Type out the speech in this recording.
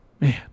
man